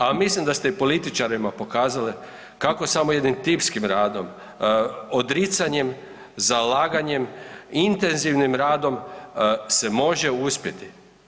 A mislim da ste i političarima pokazale kako samo jednim timskim radom, odricanjem, zalaganje i intenzivnim radom se može uspjeti.